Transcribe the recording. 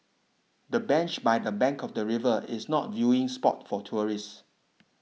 the bench by the bank of the river is not viewing spot for tourists